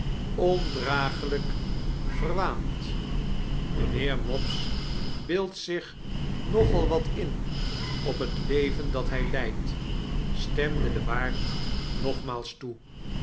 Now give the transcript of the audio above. ondraaglp verwaand mijnheer mopes beeldt zich nogal wat in op het leven dat hij leidt stemde de waard nogmaals toe